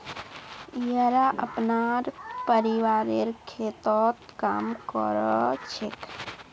येरा अपनार परिवारेर खेततत् काम कर छेक